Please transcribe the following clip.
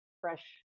fresh